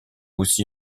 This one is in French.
aussi